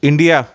India